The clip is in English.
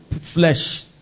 flesh